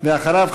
ואחריו,